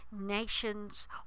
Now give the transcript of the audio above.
nations